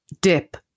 dip